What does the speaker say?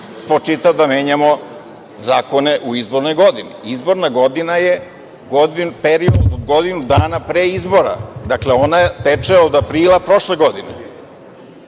spočita da menjamo zakone u izbornoj godini. Izborna godina je period od godinu dana pre izbora, dakle, ona teče od aprila prošle godine.